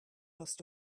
lost